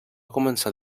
començar